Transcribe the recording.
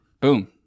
boom